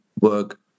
work